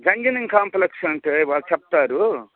గంగినం complex అంటే వాళ్ళు చెప్తారు